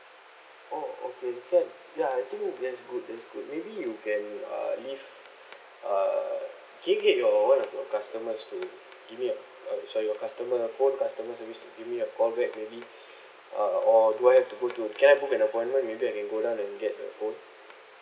oh okay can ya I think that's good that's good maybe you can uh leave uh can you get your one of your customers to give me a uh sorry your customer call customer service to give me a call back maybe uh or do I have to go to can I book an appointment maybe I can go down and get the phone